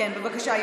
כן, בבקשה.